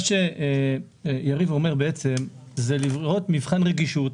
מה שיריב אומר זה לראות מבחן רגישות